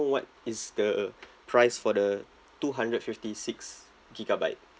what is the price for the two hundred fifty six gigabyte